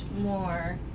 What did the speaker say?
more